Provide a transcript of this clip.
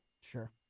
Sure